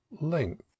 length